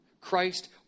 Christ